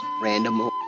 random